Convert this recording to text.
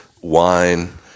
wine